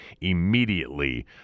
immediately